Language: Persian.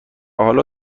حالا